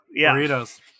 Burritos